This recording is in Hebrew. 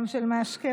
גם של משקה,